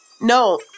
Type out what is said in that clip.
No